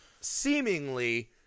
seemingly –